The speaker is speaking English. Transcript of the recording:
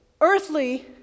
earthly